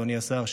אדוני השר,